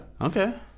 Okay